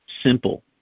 simple